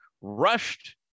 rushed